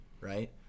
Right